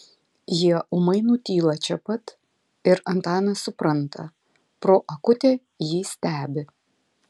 jie ūmai nutyla čia pat ir antanas supranta pro akutę jį stebi